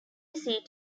seat